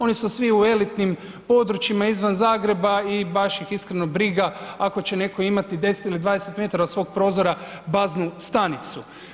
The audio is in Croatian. Oni su svi u elitnim područjima izvan Zagreba i baš ih iskreno briga ako će neko imati 10 ili 20 metara od svog prozora baznu stanicu.